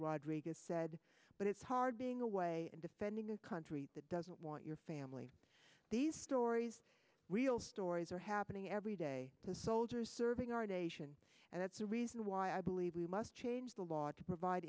rodriguez said but it's hard being away and defending a country that doesn't want your family these stories real stories are happening every day the soldiers serving our nation and it's a reason why i believe we must change the law to provide